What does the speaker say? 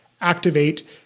activate